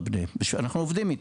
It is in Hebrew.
אנחנו עובדים איתה,